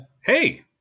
hey